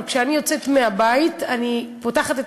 אבל כשאני יוצאת מהבית אני פותחת את